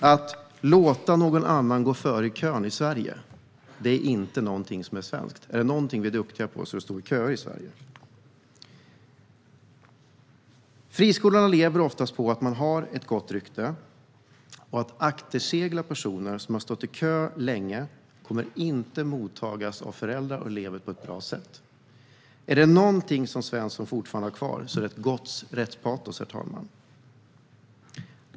Att låta någon annan gå före i kön i Sverige är inte något som är svenskt. Är det något som vi är duktiga på i Sverige så är det att stå och köa. Friskolorna lever oftast på att de har ett gott rykte. Att aktersegla personer som har stått i kö länge kommer inte att tas emot på ett bra sätt av föräldrar och elever. Är det något som Svensson fortfarande har kvar är det ett gott rättspatos, herr talman.